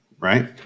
right